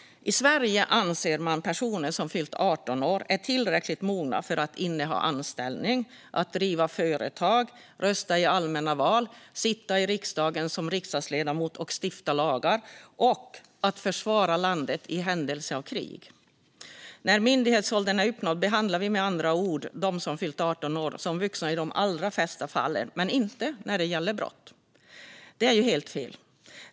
I Sverige anser man att personer som har fyllt 18 år är tillräckligt mogna för att ha anställning, att driva företag, att rösta i allmänna val, att sitta i riksdagen som riksdagsledamot och stifta lagar och att försvara landet i händelse av krig. När myndighetsåldern är uppnådd behandlar vi med andra ord dem som fyllt 18 år som vuxna i de allra flesta fall men inte när det gäller brott. Detta är ju helt fel.